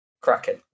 Cracking